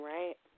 Right